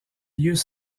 lieux